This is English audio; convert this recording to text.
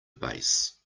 base